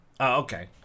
okay